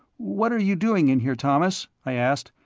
what are you doing in here, thomas? i asked.